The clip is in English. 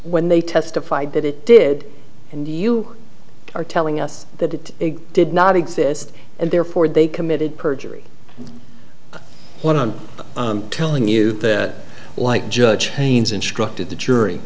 when they testified that it did and you are telling us that it did not exist and therefore they committed perjury one telling you that like judge haynes instructed the jury